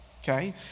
okay